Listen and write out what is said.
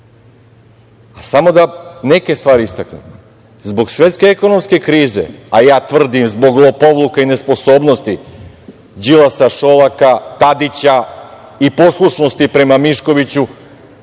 da neke stvari istaknem, zbog svetske ekonomske krize, a ja tvrdim zbog lopovluka i nesposobnosti Đilasa, Šolaka, Tadića i poslušnosti prema Miškoviću,